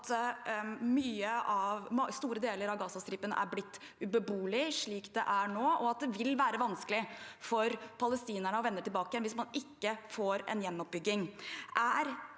at store deler av Gazastripen er blitt ubeboelig slik det er nå, og at det vil være vanskelig for palestinerne å vende tilbake hvis man ikke får en gjenoppbygging.